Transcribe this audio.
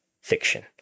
fiction